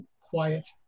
quiet